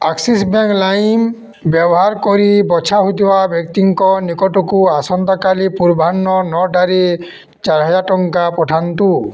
Axis Bank ଲାଇମ୍ ବ୍ୟବହାର କରି ବଛା ହୋଇଥିବା ବ୍ୟକ୍ତିଙ୍କ ନିକଟକୁ ଆସନ୍ତାକାଲି ପୂର୍ବାହ୍ନ ନଅଟାରେ ଚାରି ହଜାର ଟଙ୍କା ପଠାନ୍ତୁ